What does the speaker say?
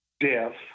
death